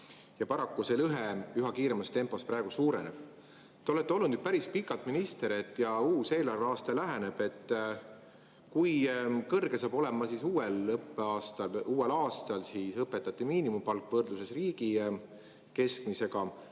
Paraku see lõhe üha kiiremas tempos praegu suureneb. Te olete olnud päris pikalt minister ja uus eelarveaasta läheneb. Kui kõrge saab olema uuel õppeaastal ja uuel aastal õpetajate miinimumpalk võrdluses riigi keskmisega?